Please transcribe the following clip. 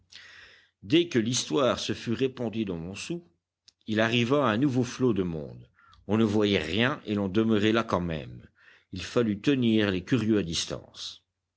dès que l'histoire se fut répandue dans montsou il arriva un nouveau flot de monde on ne voyait rien et l'on demeurait là quand même il fallut tenir les curieux à distance